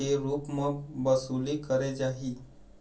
के रुप म बसूली करे जाही